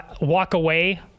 walk-away